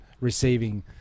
receiving